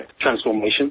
transformation